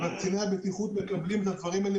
אבל קציני הבטיחות מקבלים את הדברים האלה